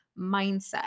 mindset